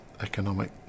economic